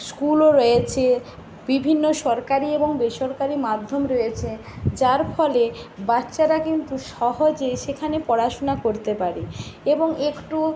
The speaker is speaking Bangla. স্কুলও রয়েছে বিভিন্ন সরকারি এবং বেসরকারি মাধ্যম রয়েছে যার ফলে বাচ্চারা কিন্তু সহজে সেখানে পড়াশোনা করতে পারে এবং একটু